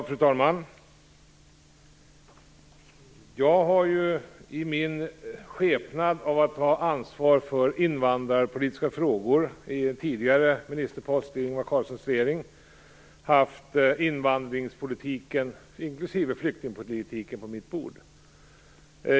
Fru talman! Eftersom jag har varit ansvarig för invandrarpolitiska frågor i en tidigare ministerpost i Ingvar Carlssons regering, har jag haft invandringspolitiken inklusive flyktingpolitiken på mitt bord.